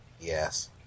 yes